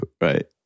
right